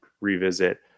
revisit